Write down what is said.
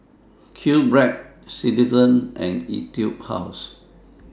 QBread Citizen and Etude House